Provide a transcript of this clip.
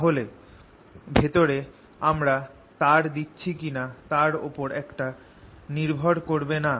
তাহলে ভেতরে আমরা তার দিচ্ছি কি না তার ওপর এটা নির্ভর করবে না